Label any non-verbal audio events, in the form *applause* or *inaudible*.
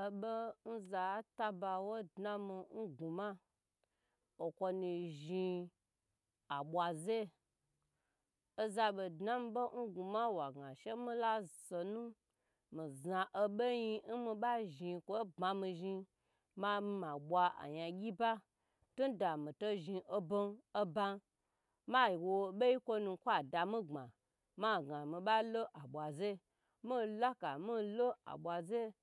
O bo za taba wodna mi n gnwuma o konu zhni abwaze oza bo dna bo n gnwuma wagna gye she mi lasunu mi zna bonyi n mi bazhni kwo bmami zhni ma zhni mabwa anyagyi ba tun da mi to zhni obem obam *unintelligible* boyi konu kwa da magbma ma a gna mi malo abwazye mi laka mi lo abwazye